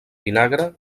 vinagre